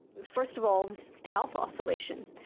first of all, the alpha oscillation.